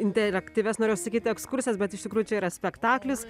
interaktyvias norėjosi sakyti ekskursas bet iš tikrųjų čia yra spektaklis